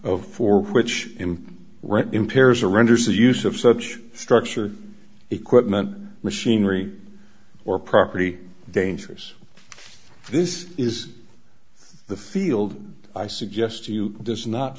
of for which him rent impairs or renders the use of such a structure equipment machinery or property dangerous this is the field i suggest to you does not